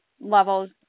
levels